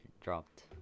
Dropped